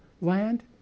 land